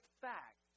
fact